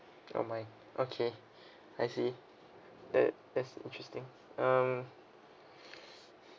oh my okay I see that that's interesting um